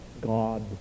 God